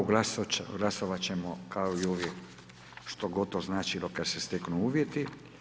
Glasovat ćemo kao i uvijek što god to značilo kada se steknu uvjeti.